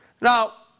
Now